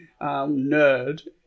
nerd